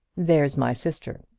there's my sister.